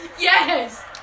Yes